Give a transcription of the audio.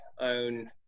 own